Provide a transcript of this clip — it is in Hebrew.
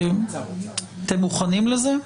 אתם מוכנים לזה?